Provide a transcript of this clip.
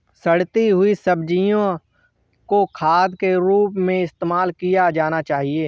सड़ती हुई सब्जियां को खाद के रूप में इस्तेमाल किया जाना चाहिए